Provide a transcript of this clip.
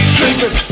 Christmas